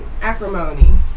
Acrimony